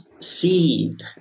seed